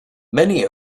many